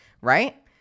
right